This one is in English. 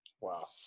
wow